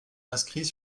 inscrits